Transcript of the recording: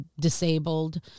disabled